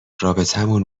رابطمون